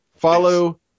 Follow